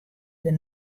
der